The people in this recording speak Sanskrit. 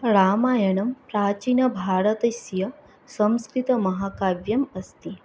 रामायणं प्राचीनभारतस्य संस्कृतमहाकाव्यम् अस्ति